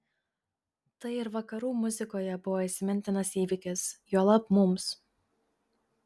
tai ir vakarų muzikoje buvo įsimintinas įvykis juolab mums